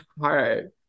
heart